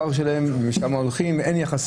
מדובר בהעסקה של הרבה עובדים, ואין קשר